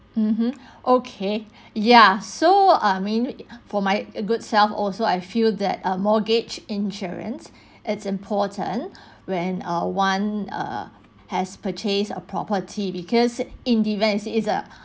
mm hmm okay ya so I mean for my good self also I feel that uh mortgage insurance is important when err one err has purchased a property because in the event you see is a